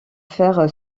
faire